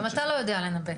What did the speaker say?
גם אתה לא יודע לנבא.